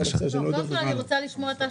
קודם כול אני רוצה לשמוע את ההשלמה.